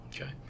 Okay